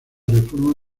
reforma